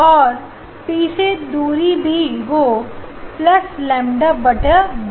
और पी से दूरी भी हो लैम्ब्डा बटा दो